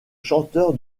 chanteur